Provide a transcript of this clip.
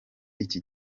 iki